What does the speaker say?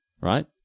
right